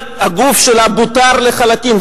והגוף שלה בותר לחלקים.